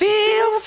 Feel